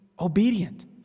obedient